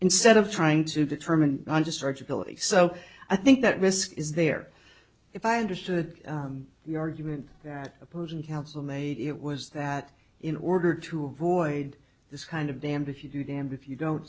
instead of trying to determine just surgically so i think that risk is there if i understood the argument that opposing counsel made it was that in order to avoid this kind of damned if you do damned if you don't